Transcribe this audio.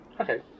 Okay